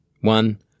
one